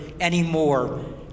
anymore